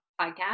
podcast